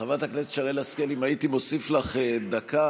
חברת הכנסת שרן השכל, אם הייתי מוסיף לך דקה